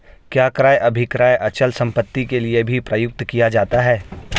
क्या क्रय अभिक्रय अचल संपत्ति के लिये भी प्रयुक्त किया जाता है?